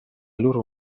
loro